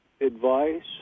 advice